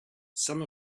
some